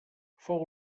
fou